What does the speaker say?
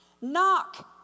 Knock